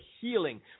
healing